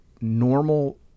normal